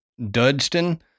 Dudston